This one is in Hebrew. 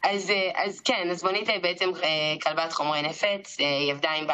והרגעים האלה